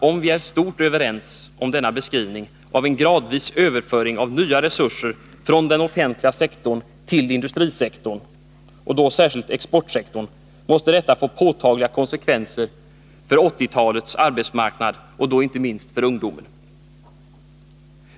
Om vi i stort är överens om denna beskrivning av en gradvis överföring av nya resurser från den offentliga sektorn till industrisektorn, särskilt exportsektorn, måste detta självfallet få påtagliga konsekvenser för 1980 talets arbetsmarknad och då inte minst för ungdomarna.